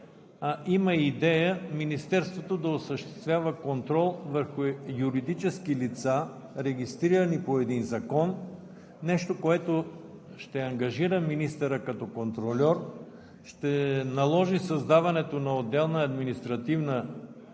има идея Министерството да осъществява контрол върху юридически лица, регистрирани по един закон – нещо, което ще ангажира министъра като контрольор, ще наложи създаването на отделна административна единица